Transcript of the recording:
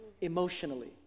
emotionally